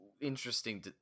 interesting